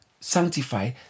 sanctify